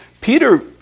Peter